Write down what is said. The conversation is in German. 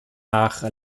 nach